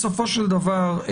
בסופו של דבר,